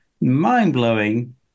mind-blowing